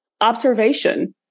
observation